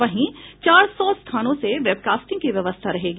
वहीं चार सौ स्थानों से वेबकास्टिंग की व्यवस्था रहेगी